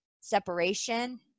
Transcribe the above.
separation